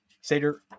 Seder